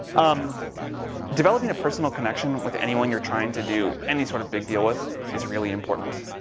um developing a personal connection with anyone you're trying to do any sort of big deal with, is really important.